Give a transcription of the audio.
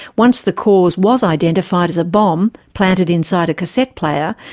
once the cause was identified as a bomb, planted inside a cassette player,